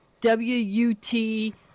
w-u-t